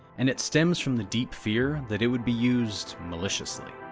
and it stems from the deep fear that it would be used maliciously.